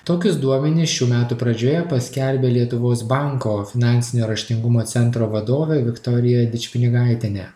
tokius duomenis šių metų pradžioje paskelbė lietuvos banko finansinio raštingumo centro vadovė viktorija didžpinigaitienė